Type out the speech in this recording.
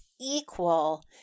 equal